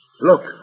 Look